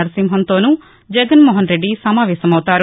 నరసింహన్ తోనూ జగన్మోహన్ రెడ్డి సమావేశమవుతారు